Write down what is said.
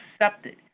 accepted